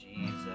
Jesus